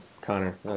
Connor